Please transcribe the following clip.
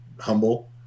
humble